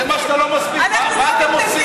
זה מה שאתה לא מסביר, מה אתם עושים.